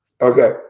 Okay